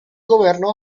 governo